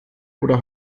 oder